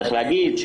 צריך להגיד,